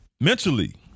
mentally